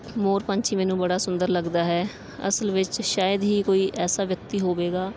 ਮੋਰ ਪੰਛੀ ਮੈਨੂੰ ਬੜਾ ਸੁੰਦਰ ਲੱਗਦਾ ਹੈ ਅਸਲ ਵਿੱਚ ਸ਼ਾਇਦ ਹੀ ਕੋਈ ਐਸਾ ਵਿਅਕਤੀ ਹੋਵੇਗਾ